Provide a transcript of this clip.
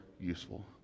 useful